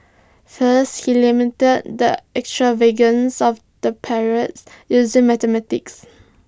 first he lamented the extravagance of the parades using mathematics